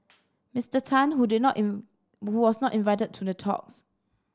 Mister Tan who did not who was not invited to the talks